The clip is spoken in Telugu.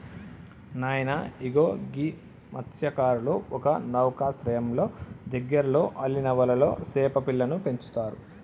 నాయన ఇగో గీ మస్త్యకారులు ఒక నౌకశ్రయంలో దగ్గరలో అల్లిన వలలో సేప పిల్లలను పెంచుతారు